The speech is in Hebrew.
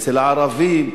אצל הערבים,